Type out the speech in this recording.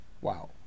Wow